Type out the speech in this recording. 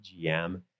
GM